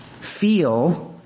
Feel